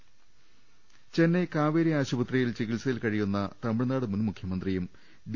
രദ്ദേഷ്ടങ ചെന്നൈ കാവേരി ആശുപത്രിയിൽ ചികിത്സയിൽ കഴിയുന്ന തമിഴ്നാട് മുൻ മുഖ്യമന്ത്രിയും ഡി